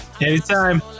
anytime